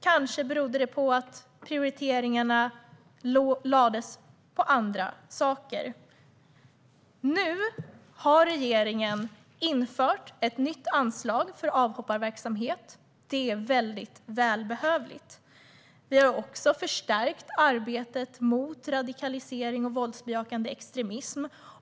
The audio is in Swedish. Kanske berodde det på att andra saker prioriterades. Nu har regeringen infört ett nytt anslag för avhopparverksamhet. Det är väldigt välbehövligt. Vi har också förstärkt arbetet mot radikalisering och våldsbejakande extremism.